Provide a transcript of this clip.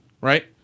right